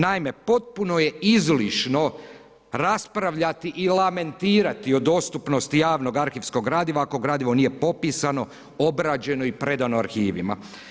Naime, potpuno je izlišno raspravljati i lamentirati o dostupnosti javnog arhivskog gradiva, ako gradivo nije popisano, obrađeno i predano arhivima.